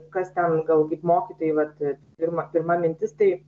kas ten gal kaip mokytojai vat pirma pirma mintis tai